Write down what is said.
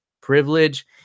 privilege